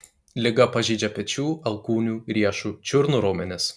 liga pažeidžia pečių alkūnių riešų čiurnų raumenis